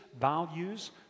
values